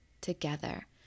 together